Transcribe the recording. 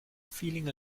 feeling